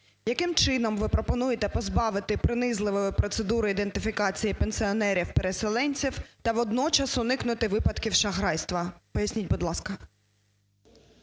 Яким чином ви пропонуєте позбавити принизливої процедури ідентифікації пенсіонерів-переселенців та водночас уникнути випадків шахрайства? Поясніть, будь ласка.